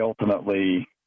ultimately